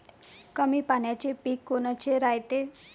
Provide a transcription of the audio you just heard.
कमी पाण्याचे पीक कोनचे रायते?